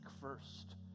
first